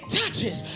touches